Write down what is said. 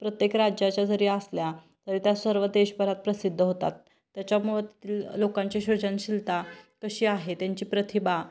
प्रत्येक राज्याच्या जरी असल्या तरी त्या सर्व देशभरात प्रसिद्ध होतात त्याच्यामुळं तेथील लोकांची सृजनशीलता कशी आहे त्यांची प्रतिभा